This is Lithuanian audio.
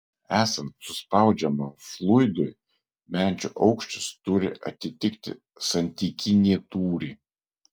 esant suspaudžiamam fluidui menčių aukštis turi atitikti santykinį tūrį